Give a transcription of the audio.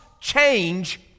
change